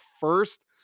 first